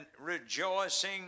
rejoicing